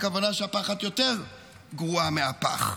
הכוונה שהפחת יותר גרועה מהפח.